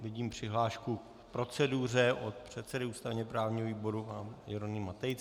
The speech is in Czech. Vidím přihlášku k proceduře od předsedy ústavněprávního výboru Jeronýma Tejce.